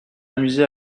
amusé